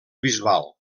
bisbal